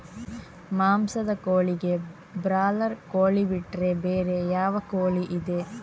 ಮಾಂಸದ ಕೋಳಿಗೆ ಬ್ರಾಲರ್ ಕೋಳಿ ಬಿಟ್ರೆ ಬೇರೆ ಯಾವ ಕೋಳಿಯಿದೆ?